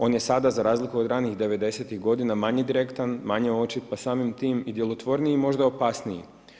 On je sada za razliku od ranijih devedesetih godina manje direktan, manje očit pa samim tim i djelotvorniji, možda opasniji.